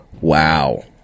Wow